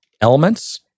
elements